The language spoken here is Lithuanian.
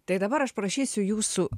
tai dabar aš prašysiu jūsų